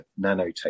nanotech